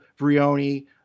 Vrioni